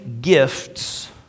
gifts